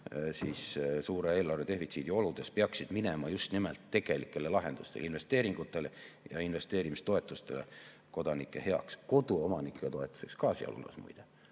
suure eelarvedefitsiidi oludes, peaksid minema just nimelt tegelikele lahendustele: investeeringutele ja investeerimistoetustele kodanike heaks. Koduomanike toetuseks sealhulgas muide,